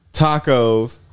tacos